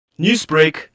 Newsbreak